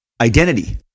identity